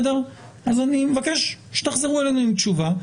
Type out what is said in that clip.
אני מבקש שתחזרו אלינו עם תשובה.